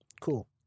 Cool